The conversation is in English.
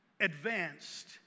advanced